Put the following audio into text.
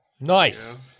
Nice